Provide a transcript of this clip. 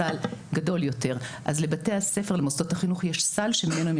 הסל גדול יותר אז לבתי הספר למוסדות החינוך יש סל שמהם הם